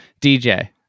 dj